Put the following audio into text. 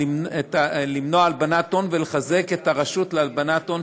למנוע הלבנת הון ולחזק את הרשות להלבנת הון,